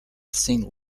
saint